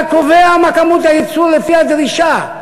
אתה קובע מה כמות הייצור לפי הדרישה.